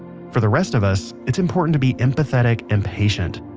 for the rest of us, it's important to be empathetic and patient.